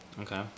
Okay